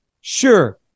Sure